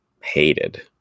hated